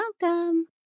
welcome